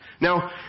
Now